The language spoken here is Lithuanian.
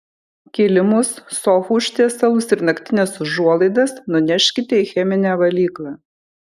kilimus sofų užtiesalus ir naktines užuolaidas nuneškite į cheminę valyklą